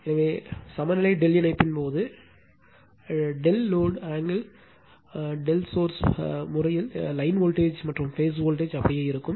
எனவே சமநிலை ∆ இணைப்பின் போது ∆ லோடு ஆங்கிள் ∆ சோர்ஸ் முறையில் லைன் வோல்டேஜ் மற்றும் பேஸ் வோல்டேஜ் அப்படியே இருக்கும்